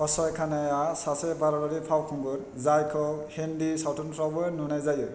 अक्षय खान्नाया सासे भारतारि फावखुंगुर जायखौ हिन्दी सावथुनफ्रावबो नुनाय जायो